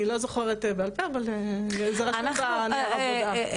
אני לא זוכרת בעל פה אבל זה רשום בנייר העבודה.